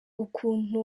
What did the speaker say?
ukuntu